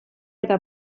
eta